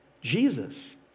Jesus